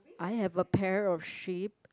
I have a pair of sheep